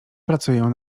pracuję